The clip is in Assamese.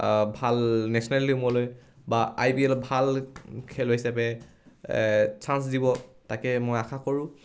ভাল নেছনেল টীমলৈ বা আই পি এলৰ ভাল খেলুৱৈ হিচাপে চাঞ্চ দিব তাকে মই আশা কৰোঁ